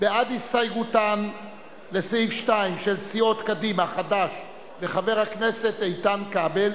בעד הסתייגותם לסעיף 2 של סיעות קדימה וחד"ש וחבר הכנסת איתן כבל